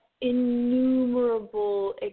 innumerable